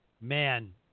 man